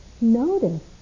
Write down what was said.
notice